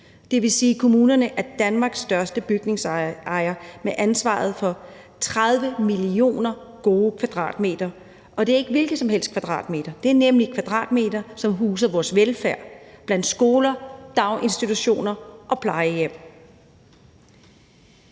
Det vil sige, at kommunerne er Danmarks største bygningsejer med ansvaret for 30 millioner gode kvadratmeter, og det er ikke hvilke som helst kvadratmeter, men det er nemlig nogle kvadratmeter, som huser vores velfærd i skoler, daginstitutioner og plejehjem.